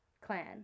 clan